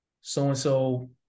so-and-so